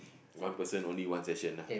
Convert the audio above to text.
one person only one session lah